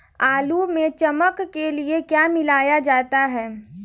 आलू में चमक के लिए क्या मिलाया जाता है?